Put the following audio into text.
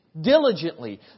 diligently